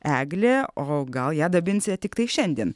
eglė o gal ją dabinsite tiktai šiandien